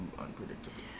unpredictable